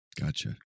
Gotcha